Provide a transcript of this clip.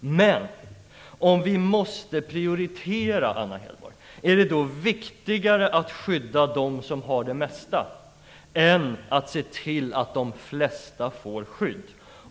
Men om vi måste prioritera, Anna Hedborg, är det då viktigare att skydda dem som har det mesta än att se till att de flesta får skydd?